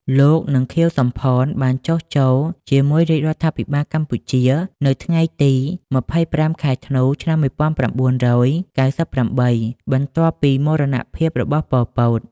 លោក និង ខៀវ សំផន បានចុះចូលជាមួយរាជរដ្ឋាភិបាលកម្ពុជា នៅថ្ងៃទី២៥ ខែធ្នូ ឆ្នាំ១៩៩៨ បន្ទាប់ពីមរណភាពរបស់ ប៉ុល ពត។